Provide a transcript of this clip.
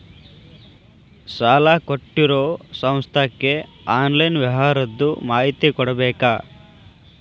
ಸಾಲಾ ಕೊಟ್ಟಿರೋ ಸಂಸ್ಥಾಕ್ಕೆ ಆನ್ಲೈನ್ ವ್ಯವಹಾರದ್ದು ಮಾಹಿತಿ ಕೊಡಬೇಕಾ?